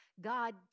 God